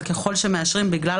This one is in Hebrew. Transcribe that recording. אבל ככל שמאשרים אותו בכל זאת,